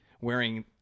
wearing